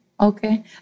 Okay